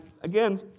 again